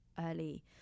early